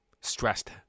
stressed